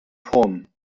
formen